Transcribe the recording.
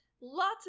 Lots